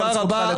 תודה רבה.